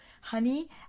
honey